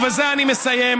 ובזה אני מסיים,